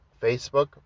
Facebook